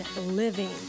living